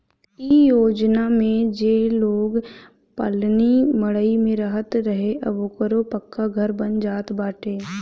इ योजना में जे लोग पलानी मड़इ में रहत रहे अब ओकरो पक्का घर बन जात बाटे